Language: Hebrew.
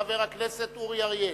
חבר הכנסת אורי אריאל.